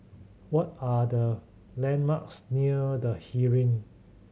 what are the landmarks near The Heeren